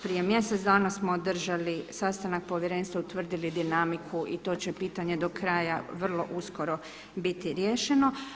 Prije mjesec dana smo održali sastanak povjerenstva, utvrdili dinamiku i to će pitanje do kraja vrlo uskoro biti riješeno.